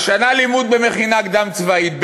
על שנה לימוד במכינה קדם-צבאית,